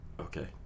okay